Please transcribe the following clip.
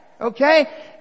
Okay